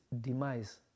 demise